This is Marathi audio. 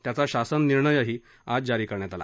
त्याचा शासन निर्णयही आज जारी करण्यात आला